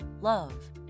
love